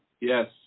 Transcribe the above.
Yes